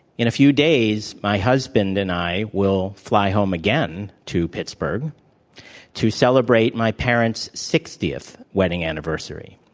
in a few days my husband and i will fly home again to pittsburgh to celebrate my parents' sixtieth wedding anniversary.